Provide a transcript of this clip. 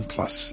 Plus